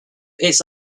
its